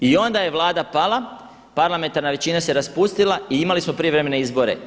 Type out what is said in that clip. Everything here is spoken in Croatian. I onda je Vlada pala, parlamentarna većina se raspustila i imali smo prijevremene izbore.